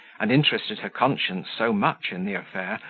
and interested her conscience so much in the affair,